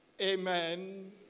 Amen